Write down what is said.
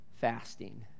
fasting